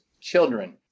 children